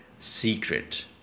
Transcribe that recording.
secret